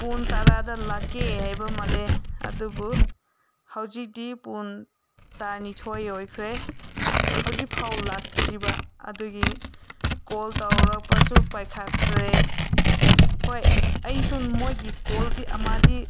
ꯄꯨꯡ ꯇꯔꯥꯗ ꯂꯥꯛꯀꯦ ꯍꯥꯏꯕ ꯃꯥꯜꯂꯦ ꯑꯗꯨꯕꯨ ꯍꯧꯖꯤꯛꯇꯤ ꯄꯨꯡ ꯇꯔꯥꯅꯤꯊꯣꯏ ꯑꯣꯏꯈ꯭ꯔꯦ ꯍꯧꯖꯤꯛꯐꯥꯎ ꯂꯥꯛꯇ꯭ꯔꯤꯕ ꯑꯗꯨꯒꯤ ꯀꯣꯜ ꯇꯧꯔꯛꯄꯁꯨ ꯄꯥꯏꯈꯠꯇ꯭ꯔꯦ ꯍꯣꯏ ꯑꯩꯁꯨ ꯃꯣꯏꯒꯤ ꯀꯣꯜꯗꯤ ꯑꯃꯗꯤ